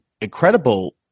incredible